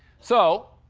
so,